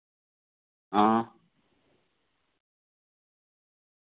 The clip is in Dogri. हां